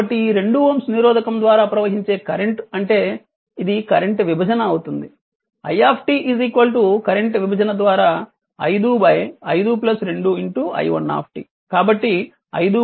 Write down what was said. కాబట్టి ఈ 2 Ω నిరోధకం ద్వారా ప్రవహించే కరెంట్ అంటే ఇది కరెంట్ విభజన అవుతుంది i కరెంట్ విభజన ద్వారా 5 5 2 i1 కాబట్టి 5 7 i1